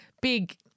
big